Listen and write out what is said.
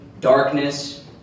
darkness